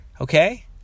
Okay